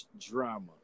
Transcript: drama